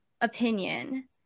opinion